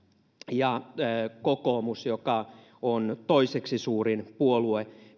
ja kokoomus joka on toiseksi suurin puolue